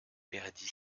perdit